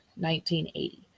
1980